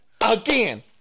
again